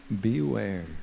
Beware